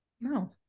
No